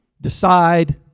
Decide